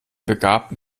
begabten